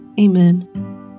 Amen